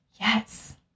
Yes